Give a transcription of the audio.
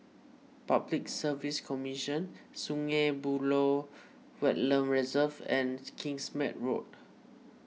Public Service Commission Sungei Buloh Wetland Reserve and Kingsmead Road